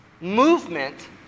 movement